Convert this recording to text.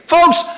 Folks